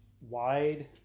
wide